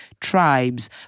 tribes